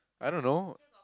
I don't know